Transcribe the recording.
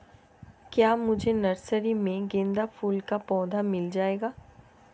क्या मुझे नर्सरी में गेंदा फूल का पौधा मिल जायेगा?